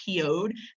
PO'd